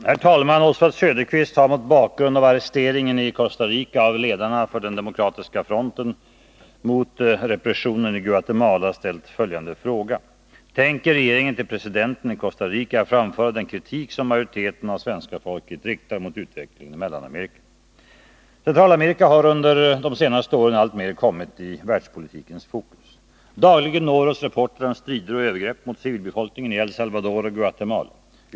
Herr talman! Oswald Söderqvist har mot bakgrund av arresteringen i Costa Rica av ledarna för den demokratiska fronten mot repressionen i Guatemala ställt följande fråga: Tänker regeringen till presidenten i Costa Rica framföra den kritik som majoriteten av svenska folket riktar mot utvecklingen i Mellanamerika? Centralamerika har under de senaste åren alltmer kommit i världspolitikens fokus. Dagligen når oss rapporter om strider och övergrepp mot civilbefolkningen i El Salvador och Guatemala.